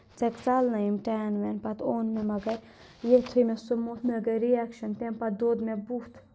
ژےٚ ژَلنٕی یِم ٹین وین پَتہٕ اوٚن مےٚ مگر یِتیُھے مےٚ سُہ موٚتھ مےٚ گٔے رِیَکشَن تَمہِ پَتہٕ دوٚد مےٚ بُتھ